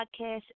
podcast